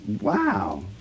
Wow